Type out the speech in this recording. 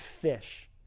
fish